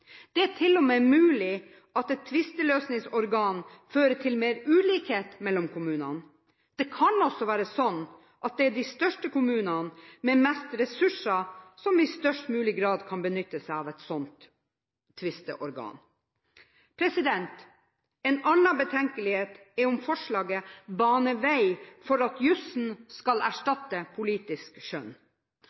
Det er til og med mulig at et tvisteløsningsorgan fører til mer ulikhet mellom kommunene. Det kan også være slik at det er de største kommunene, med mest ressurser, som i størst mulig grad kan benytte seg av et slikt tvisteorgan. En annen betenkelighet er om forslaget baner vei for at jusen skal erstatte politisk skjønn.